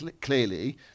clearly